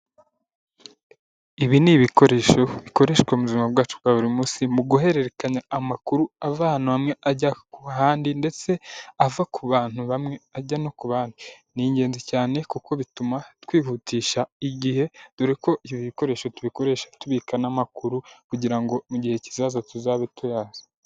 Ibi ni ibikoresho bikoreshwa mu buzima bwacu bwa buri munsi mu guhererekanya amakuru avaha ahantu hamwe ajya ahandi ndetse ava ku bantu bamwe ajya no ku bandi, ni ingenzi cyane kuko bituma twihutisha igihe dore ko ibyo bikoresho tubikoresha tubika n'amakuru kugira ngo mu gihe kizaza tuzabe tuyazi.